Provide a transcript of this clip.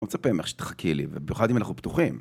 מצפה ממך שתחכי לי, ובמיוחד אם אנחנו פתוחים.